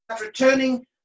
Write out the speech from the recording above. returning